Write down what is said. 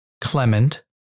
Clement